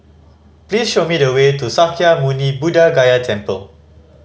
please show me the way to Sakya Muni Buddha Gaya Temple